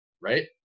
right